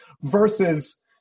versus